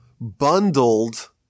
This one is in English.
bundled